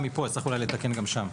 שם.